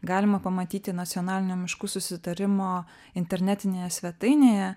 galima pamatyti nacionalinio miškų susitarimo internetinėje svetainėje